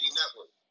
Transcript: network